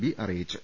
B അറിയിച്ചു